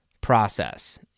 process